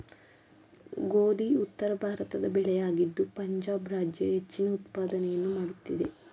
ಗೋಧಿ ಉತ್ತರಭಾರತದ ಬೆಳೆಯಾಗಿದ್ದು ಪಂಜಾಬ್ ರಾಜ್ಯ ಹೆಚ್ಚಿನ ಉತ್ಪಾದನೆಯನ್ನು ಮಾಡುತ್ತಿದೆ